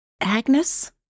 Agnes